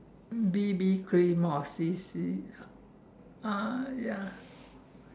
B_B cream or C_C ah ya